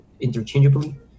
interchangeably